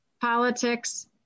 politics